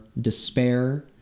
despair